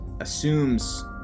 assumes